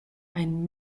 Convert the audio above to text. ein